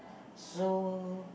so